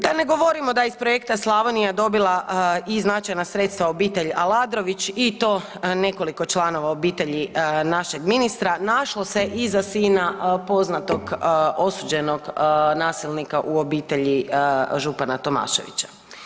Da ne govorimo da je iz projekta Slavonija dobila i značajna sredstva obitelj Aladrović i to nekoliko članova obitelji našeg ministra, našlo se i za sina poznatog osuđenog nasilnika u obitelji župana Tomaševića.